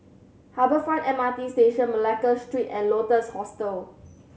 Harbour Front M R T Station Malacca Street and Lotus Hostel